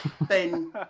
Ben